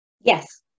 Yes